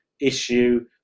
issue